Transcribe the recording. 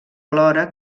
alhora